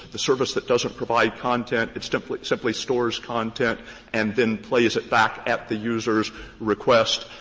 the service that doesn't provide content, it simply it simply stores content and then plays it back at the user's request,